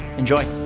enjoy.